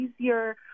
easier